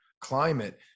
climate